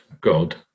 God